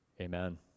Amen